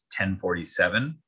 1047